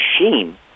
Machine